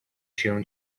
się